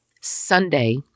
Sunday